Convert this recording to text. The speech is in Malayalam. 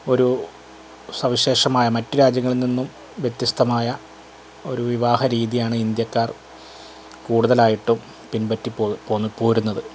ഒരു സവിശേഷമായ മറ്റു രാജ്യങ്ങളിൽ നിന്നും വ്യത്യസ്ഥമായ ഒരു വിവാഹരീതിയാണ് ഇന്ത്യക്കാർ കൂടുതലായിട്ടും പിൻപറ്റിപ്പോ പൊന്ന് പോരുന്നത്